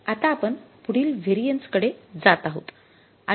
आता आपण पुढील व्हेरिएन्स साठी कडे जात आहोत